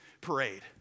parade